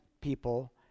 people